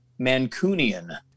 Mancunian